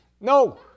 No